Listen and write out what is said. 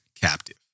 captive